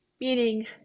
Meaning